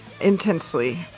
intensely